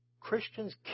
Christians